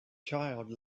child